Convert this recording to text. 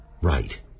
right